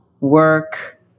work